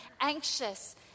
anxious